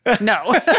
No